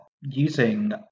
using